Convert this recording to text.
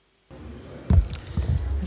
Hvala.